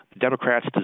Democrats